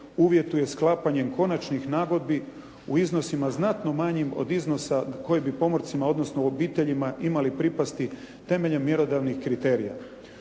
uvjetuje sklapanjem konačnih nagodbi u iznosima znatno manjim od iznosa koji bi pomorcima odnosno obiteljima imali pripasti temeljem mjerodavnih kriterija.